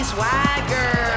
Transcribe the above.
Swagger